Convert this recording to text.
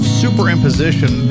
superimposition